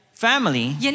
family